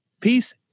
peace